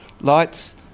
lights